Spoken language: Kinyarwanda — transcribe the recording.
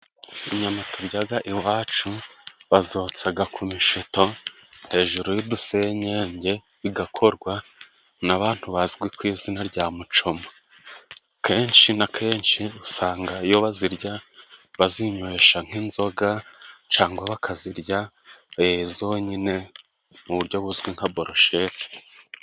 Inyama turyaga iwacu bazotsaga ku mishito hejuru y'udusenyege bigakorwa n'abantu bazwi ku izina rya mucoma. Kenshi na kenshi usanga iyo bazirya bazinywesha nk'inzoga cyangwa bakazirya ari zonyine mu buryo buzwi nka borushete.